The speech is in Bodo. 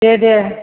दे दे